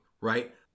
right